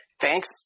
Thanks